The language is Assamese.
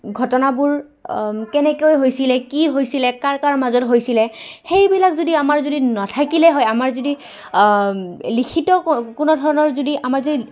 ঘটনাবোৰ কেনেকৈ হৈছিলে কি হৈছিলে কাৰ কাৰ মাজত হৈছিলে সেইবিলাক যদি আমাৰ যদি নাথাকিলে হয় আমাৰ যদি লিখিত কোনো ধৰণৰ যদি আমাৰ যদি